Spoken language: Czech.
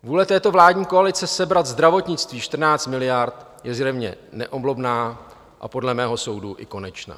Vůle této vládní koalice sebrat zdravotnictví 14 miliard je zjevně neoblomná a podle mého soudu i konečná.